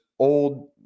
Old